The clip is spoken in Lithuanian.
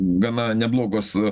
gana neblogos e